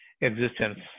existence